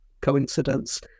coincidence